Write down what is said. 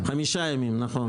הצבעה ההסתייגויות נדחו לא עבר.